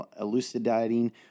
Elucidating